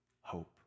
hope